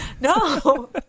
No